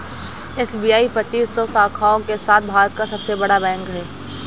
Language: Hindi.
एस.बी.आई पच्चीस सौ शाखाओं के साथ भारत का सबसे बड़ा बैंक है